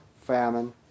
famine